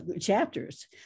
chapters